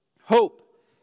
Hope